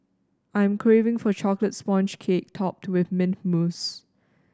I am craving for a chocolate sponge cake topped with mint mousse